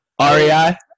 REI